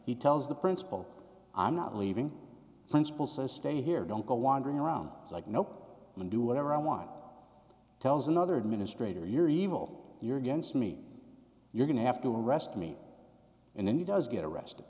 he tells the principal i'm not leaving principal says stay here don't go wandering around like nope and do whatever i want tells another administrator you're evil you're against me you're going to have to arrest me and then he does get arrested